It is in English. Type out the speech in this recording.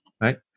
right